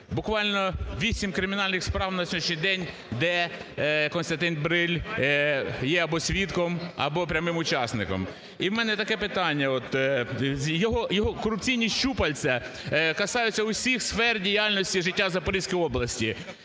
Буквально вісім кримінальних справ на сьогоднішній день, де Костянтин Бриль є або свідком, або прямим учасником. І в мене таке питання. Його корупційні щупальці касаються всіх сфер діяльності життя в Запорізькій області,